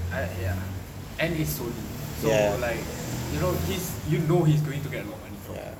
ah ya and it's Sony so like you know he's you know he's going to get a lot of money from it